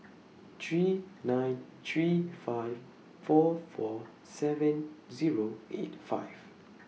three nine three five four four seven Zero eight five